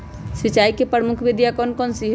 सिंचाई की प्रमुख विधियां कौन कौन सी है?